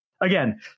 Again